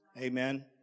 Amen